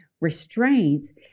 restraints